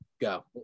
Go